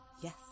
Yes